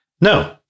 No